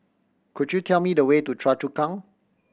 could you tell me the way to Choa Chu Kang